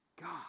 God